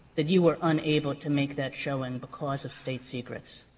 that you were unable to make that showing because of state secrets.